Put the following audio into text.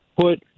put